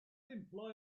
imply